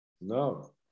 No